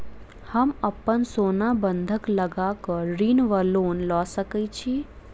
हम अप्पन सोना बंधक लगा कऽ ऋण वा लोन लऽ सकै छी?